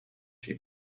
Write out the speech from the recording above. she